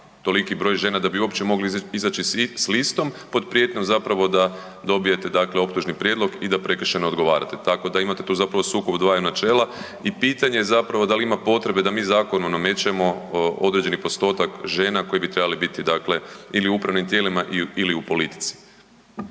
toliki broj žena da bi uopće mogli izaći s listom pod prijetnjom da dobijete optužni prijedlog i da prekršajno odgovarate, tako da imate tu sukob dvaju načela. I pitanje je da li ima potrebe da mi zakonom namećemo određeni postotak žena koji bi trebale biti u upravnim tijelima ili u politici.